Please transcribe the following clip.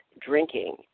drinking